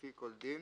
לפי כל דין,